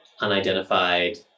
unidentified